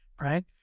right